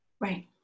Right